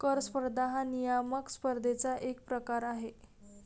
कर स्पर्धा हा नियामक स्पर्धेचा एक प्रकार आहे